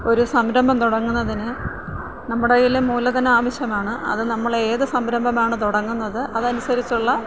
ഒരു സംരംഭം തുടങ്ങുന്നതിന് നമ്മുടെ കൈയിൽ മൂലധനം ആവശ്യമാണ് അത് നമ്മൾ ഏത് സംരംഭമാണ് തുടങ്ങുന്നത് അത് അനുസരിച്ചുള്ള